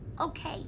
okay